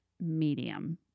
medium